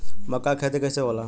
मका के खेती कइसे होला?